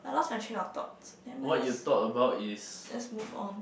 I lost my train of thoughts nevermind let's let's move on